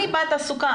אני בת עסוקה.